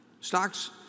stocks